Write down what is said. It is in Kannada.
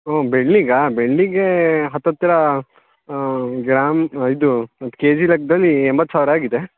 ಹ್ಞೂ ಬೆಳ್ಳಿಗೆ ಬೆಳ್ಳಿಗೆ ಹತ್ತತ್ತಿರ ಗ್ರಾಮ್ ಇದು ಕೆಜಿ ಲೆಕ್ಕದಲ್ಲಿ ಎಂಬತ್ತು ಸಾವಿರ ಆಗಿದೆ